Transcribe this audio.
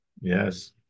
Yes